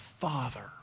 father